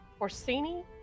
Orsini